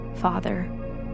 Father